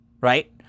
Right